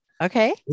Okay